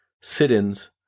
sit-ins